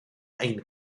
ein